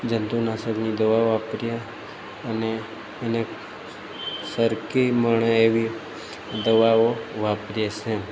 જંતુનાશકની દવાઓ વાપરીએ અને અનેક સરકી મણે એવી દવાઓ વાપરીએ છે